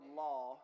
law